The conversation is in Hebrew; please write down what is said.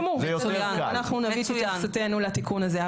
אנחנו נגיש את התייחסותנו לתיקון הזה.